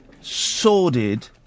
sordid